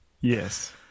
Yes